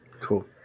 Cool